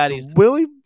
Willie